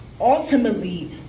ultimately